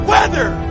Weather